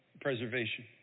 preservation